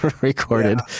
recorded